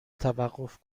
توقف